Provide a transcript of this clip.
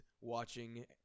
watching